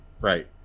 right